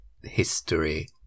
history